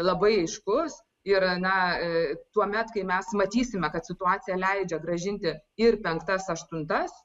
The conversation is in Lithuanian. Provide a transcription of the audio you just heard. labai aiškus ir na tuomet kai mes matysime kad situacija leidžia grąžinti ir penktas aštuntas